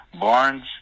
Barnes